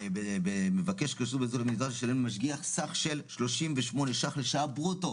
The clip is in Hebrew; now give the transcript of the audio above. מבקש לשלם למשגיח סך של 38 שקלים לשעה ברוטו